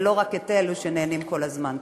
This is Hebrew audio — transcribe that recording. ולא רק את אלו שנהנים כל הזמן.